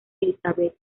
elizabeth